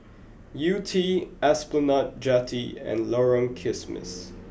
Yew Tee Esplanade Jetty and Lorong Kismis